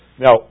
Now